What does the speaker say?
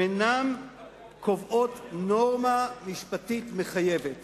הם אינם קובעים נורמה משפטית מחייבת.